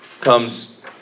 comes